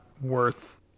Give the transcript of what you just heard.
worth